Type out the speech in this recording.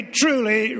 truly